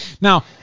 Now